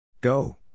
Go